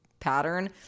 pattern